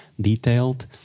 detailed